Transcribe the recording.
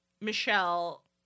Michelle